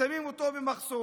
שמים אותו במחסום,